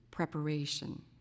Preparation